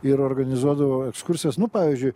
ir organizuodavo ekskursijas nu pavyzdžiui